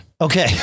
Okay